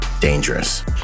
dangerous